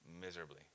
miserably